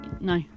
No